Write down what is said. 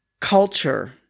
culture